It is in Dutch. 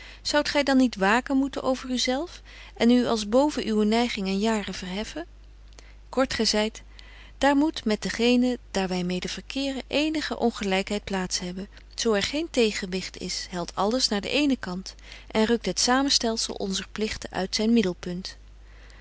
zoudt gy dan niet waken moeten over u zelf en u als boven uwe neiging en jaren verheffen kort gezeit daar moet met betje wolff en aagje deken historie van mejuffrouw sara burgerhart den genen daar wy mede verkeeren eenige ongelykheid plaats hebben zo er geen tegenwigt is helt alles naar den eenen kant en rukt het samenstelzel onzer pligten uit zyn middelpunt